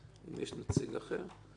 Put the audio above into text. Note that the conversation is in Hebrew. לא?